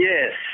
Yes